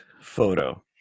photo